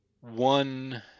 one